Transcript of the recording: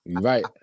right